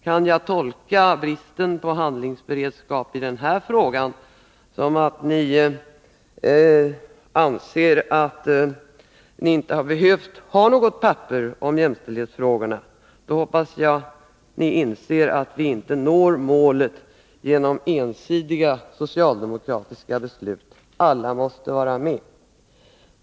Kan jag tolka bristen på handlingsberedskapi den här frågan så, att ni inte anser att ni har behövt något papper om jämställdhetsfrågorna? Då hoppas jag att ni inser att ni inte når målet genom ensidiga socialdemokratiska beslut. Alla måste vara med.